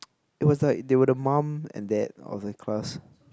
it was like they were the mom and dad of the class